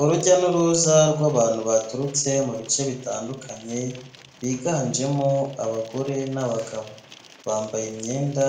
Urujya n'uruza rw'abantu baturutse mu bice bitandukanye, biganjemo abagore n'abagabo, bambaye imyenda